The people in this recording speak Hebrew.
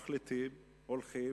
מחליטים, הולכים,